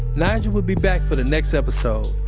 nigel will be back for the next episode.